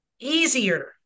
easier